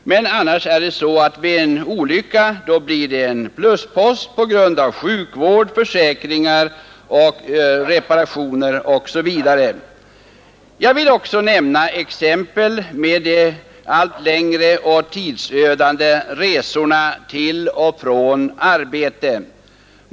Men vid en olycka blir det en pluspost på grund av sjukvård, försäkringar, reparationer osv. Jag vill också nämna exemplet med de allt längre och tidsödande resorna till och från arbetet.